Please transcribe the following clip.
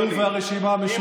הוא והרשימה המשותפת.